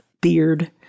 beard